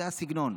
זה הסגנון.